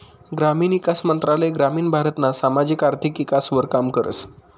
ग्रामीण ईकास मंत्रालय ग्रामीण भारतना सामाजिक आर्थिक ईकासवर काम करस